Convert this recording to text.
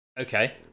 Okay